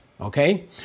Okay